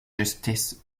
justice